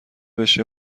بشه